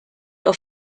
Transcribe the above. auf